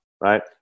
right